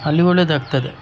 ಅಲ್ಲಿ ಒಳ್ಳೆಯದಾಗ್ತದೆ